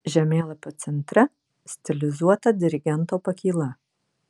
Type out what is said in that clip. žemėlapio centre stilizuota dirigento pakyla